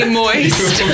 moist